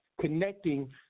connecting